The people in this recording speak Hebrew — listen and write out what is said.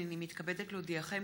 הינני מתכבדת להודיעכם,